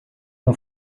mon